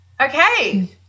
okay